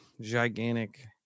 gigantic